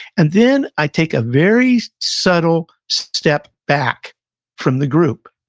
and then i take a very subtle step back from the group,